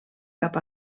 cap